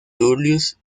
julius